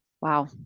Wow